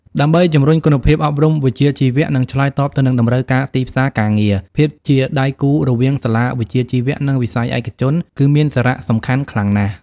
ដើម្បីជំរុញគុណភាពអប់រំវិជ្ជាជីវៈ និងឆ្លើយតបទៅនឹងតម្រូវការទីផ្សារការងារ ភាពជាដៃគូរវាងសាលាវិជ្ជាជីវៈ និងវិស័យឯកជន គឺមានសារៈសំខាន់ខ្លាំងណាស់។